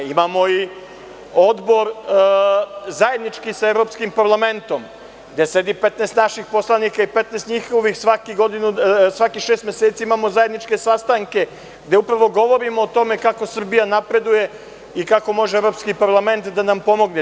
Imamo i Odbor zajednički sa evropskim parlamentom gde sedi naših 15 poslanika i 15 njihovih, svakih šest meseci imamo zajedničke sastanke gde upravo govorimo o tome kako Srbija napreduje i kako može evropski parlament da nam pomogne.